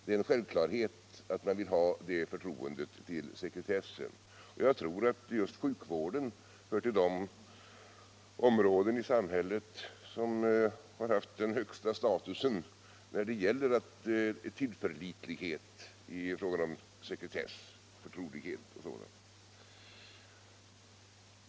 Det är en självklarhet att man vill ha det förtroendet till sekretessen. Jag tror också att just sjukvården hör till de områden i samhället som har haft den högsta statusen när det gäller tillförlitlighet i fråga om sekretess, förtrolighet och sådant.